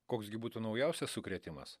koks gi būtų naujausias sukrėtimas